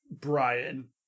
Brian